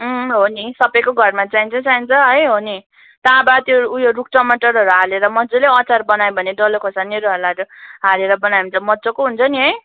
हो नि सबैको घरमा चाहिन्छ चाहिन्छ है हो नि ताँबा त्यो ऊ यो रुख टमाटरहरू हालेर मज्जाले अचार बनायो भने डल्ले खोर्सानीहरू हलर हालेर बनायो भने त मज्जाको हुन्छ नि है